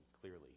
clearly